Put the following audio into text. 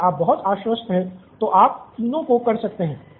यदि आप बहुत आश्वस्त हैं तो आप तीनों को कर सकते हैं